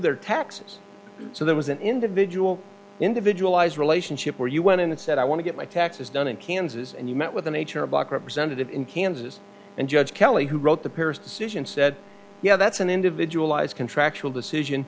their taxes so there was an individual individual eyes relationship where you went in and said i want to get my taxes done in kansas and you met with the nature block representative in kansas and judge kelly who wrote the paris decision said yeah that's an individual eyes contractual decision